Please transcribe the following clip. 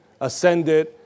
ascended